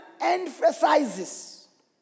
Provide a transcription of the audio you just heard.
emphasizes